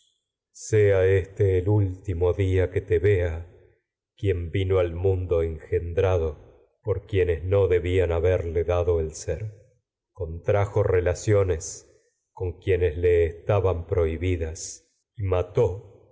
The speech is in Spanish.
sea en ser último que te vea quien vino no al mundo el gendrado contrajo y por quienes debían haberle dado relaciones con quienes le estaban prohibidas mató